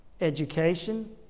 education